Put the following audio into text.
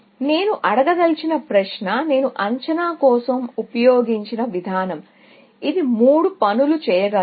నేను అడగదలిచిన ప్రశ్న నేను అంచనా కోసం ఉపయోగించిన విధానం ఇది మూడు పనులు చేయగలదు